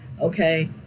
okay